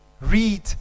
read